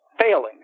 failing